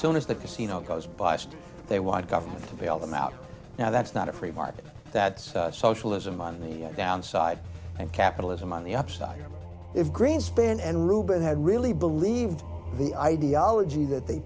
soon as the casino cause biased they want government to bail them out now that's not a free market that saw socialism money downside and capitalism on the upside if greenspan and ruben had really believed the ideology that they